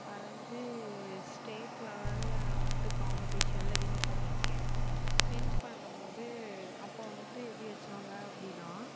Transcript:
வரைஞ்சி ஸ்டேட் லெவலில் நான் வந்துட்டு காம்படிஷனில் வின் பண்ணியிருக்கேன் வின் பண்ணும் போது அப்போ வந்துட்டு எப்படி வைச்சாங்க அப்படின்னா